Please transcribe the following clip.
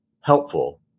helpful